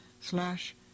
slash